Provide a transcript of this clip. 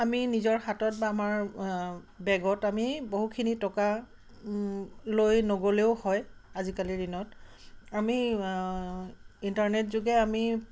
আমি নিজৰ হাতত বা আমাৰ বেগত আমি বহুখিনি টকা লৈ নগ'লেও হয় আজিকালিৰ দিনত আমি ইণ্টাৰনেট যোগে আমি